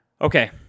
Okay